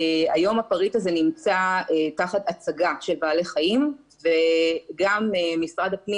היום הפריט הזה נמצא תחת הצגה של בעלי חיים וגם משרד הפנים